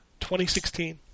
2016